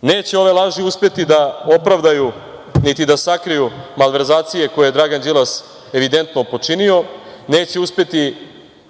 Neće ove laži uspeti da opravdaju, niti da sakriju malverzacije koje je Dragan Đilas evidentno počinio, neće uspeti